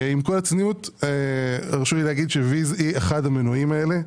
עם כל הצניעות תרשו לי להגיד ש- Viz.ai היא אחד המנועים הללו,